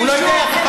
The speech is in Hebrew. בטח.